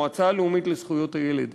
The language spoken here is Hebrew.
המועצה הלאומית לזכויות הילד,